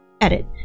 Edit